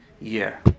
year